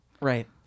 Right